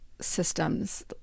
systems